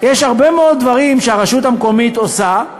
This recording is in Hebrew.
יש הרבה מאוד דברים שהרשות המקומית עושה,